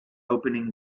opening